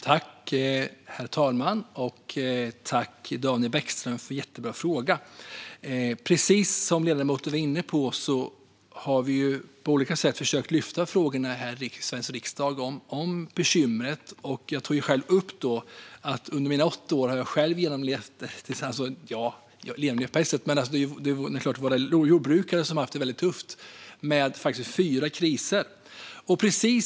Herr talman! Tack, Daniel Bäckström, för en jättebra fråga! Precis som ledamoten var inne på har vi här i Sveriges riksdag försökt lyfta frågor som handlar om dessa bekymmer. Som jag sa har jag själv under mina åtta år i riksdagen varit med om att våra jordbrukare har haft det väldigt tufft och genomlevt fyra kriser.